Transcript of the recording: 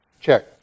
Check